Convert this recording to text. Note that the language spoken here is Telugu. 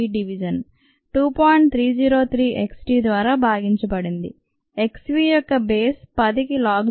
303 k d ద్వారా భాగించబడింది x v యొక్క బేస్ పది కి లాగ్ చేయండి